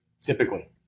typically